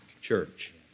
church